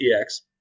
EX